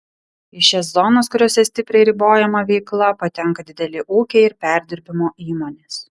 į šias zonas kuriose stipriai ribojama veikla patenka dideli ūkiai ir perdirbimo įmonės